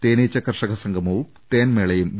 തേനീച്ച കർഷക സംഗമവും തേൻമേളയും വി